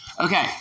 Okay